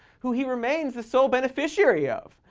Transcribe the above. who he remains the sole beneficiary of,